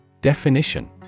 Definition